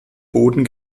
boden